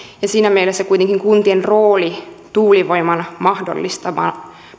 ja kuitenkin kuntien rooli tuulivoiman mahdollistamisen